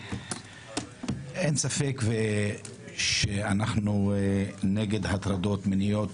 אין ספק שאנחנו נגד הטרדות מיניות,